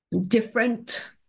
different